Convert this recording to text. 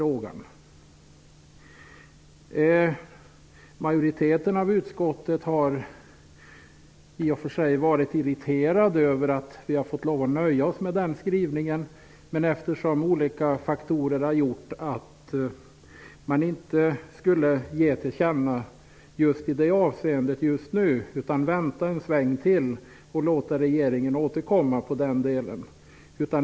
Vi i majoriteten av utskottet har varit irriterade över att vi har fått nöja oss med den skrivningen. Olika faktorer har gjort att det inte har blivit ett tillkännagivande i det avseendet just nu, utan i stället får frågan gå en sväng till och regeringen får återkomma i den delen.